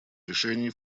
решений